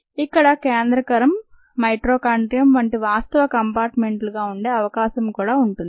ఇక్కడ కేంద్రకరం మైటోకాండ్రియం వంటి వాస్తవ కంపార్ట్ మెంట్లు గా ఉండే అవకాశం కూడా ఉంది